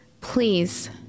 please